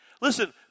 Listen